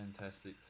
Fantastic